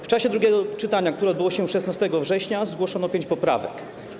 W czasie drugiego czytania, które odbyło się 16 września, zgłoszono pięć poprawek.